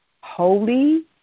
holy